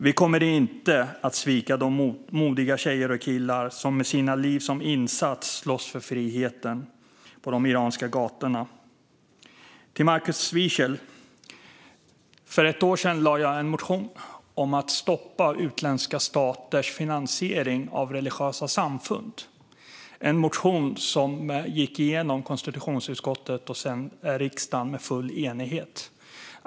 Vi kommer inte att svika de modiga tjejer och killar som med livet som insats slåss för friheten på de iranska gatorna. Till Markus Wiechel: För ett år sedan motionerade jag om att stoppa utländska staters finansiering av religiösa samfund. Motionen gick igenom konstitutionsutskottet och sedan riksdagen med full enighet.